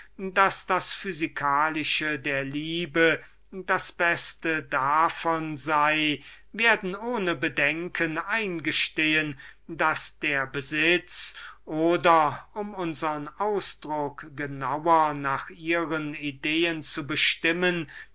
daß das physikalische der liebe das beste davon sei werden ohne bedenken eingestehen daß der besitz oder um unsern ausdruck genauer nach ihren ideen zu bestimmen